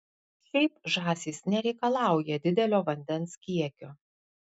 šiaip žąsys nereikalauja didelio vandens kiekio